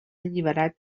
alliberat